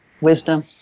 Wisdom